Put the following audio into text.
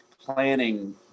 planning